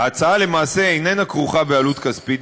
ההצעה למעשה איננה כרוכה בעלות כספית,